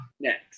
next